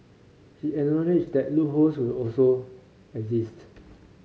he acknowledged that loopholes will always exist